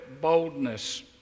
boldness